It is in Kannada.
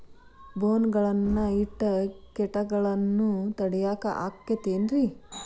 ಬೋನ್ ಗಳನ್ನ ಇಟ್ಟ ಕೇಟಗಳನ್ನು ತಡಿಯಾಕ್ ಆಕ್ಕೇತೇನ್ರಿ?